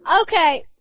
Okay